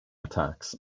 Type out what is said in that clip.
attacks